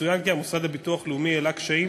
יצוין כי המוסד לביטוח לאומי העלה קשיים